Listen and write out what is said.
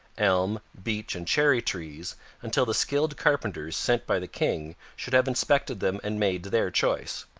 elm, beech, and cherry trees until the skilled carpenters sent by the king should have inspected them and made their choice.